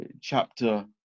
chapter